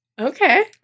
Okay